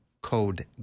code